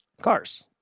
cars